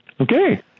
Okay